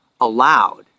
allowed